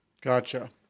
Gotcha